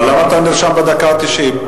אבל למה אתה נרשם בדקה התשעים?